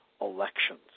elections